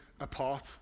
apart